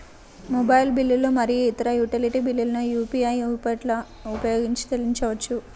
mobile బిల్లులు మరియు ఇతర యుటిలిటీ బిల్లులను యూ.పీ.ఐ యాప్లను ఉపయోగించి చెల్లించవచ్చు